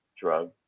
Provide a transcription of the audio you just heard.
drug